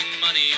money